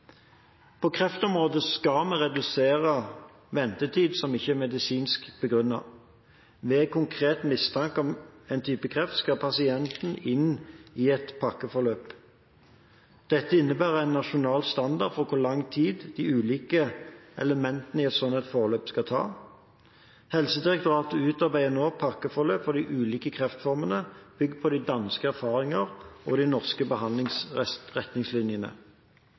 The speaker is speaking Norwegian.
På kreftområdet skal vi redusere ventetid som ikke er medisinsk begrunnet. Ved konkret mistanke om en type kreft, skal pasienten inn i et pakkeforløp. Dette innebærer en nasjonal standard for hvor lang tid de ulike elementene i et slikt forløp skal ta. Helsedirektoratet utarbeider nå pakkeforløp for de ulike kreftformene bygd på danske erfaringer og de norske